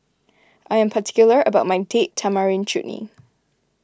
I am particular about my Date Tamarind Chutney